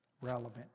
relevant